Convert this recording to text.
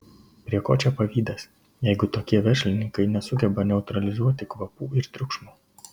prie ko čia pavydas jeigu tokie verslininkai nesugeba neutralizuoti kvapų ir triukšmo